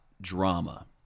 drama